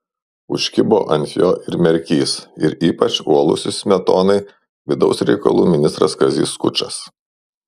užkibo ant jo ir merkys ir ypač uolusis smetonai vidaus reikalų ministras kazys skučas